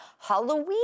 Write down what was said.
Halloween